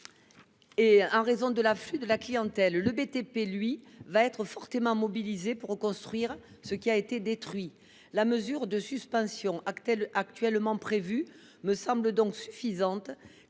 En raison de l’afflux de clientèle, le BTP sera quant à lui fortement mobilisé pour reconstruire ce qui a été détruit. La mesure de suspension actuellement prévue me semble donc suffisante,